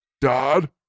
dad